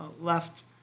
left